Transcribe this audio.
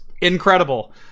incredible